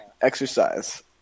exercise